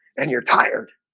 and you're tired.